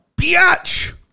bitch